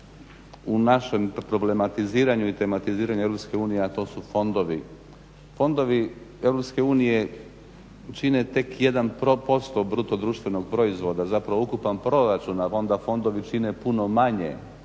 u našem problematiziranju i tematiziranju EU, a to su fondovi. Fondovi EU čine tek 1% BDP-a, zapravo ukupan proračun nam onda fondovi čine puno manje,